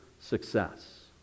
success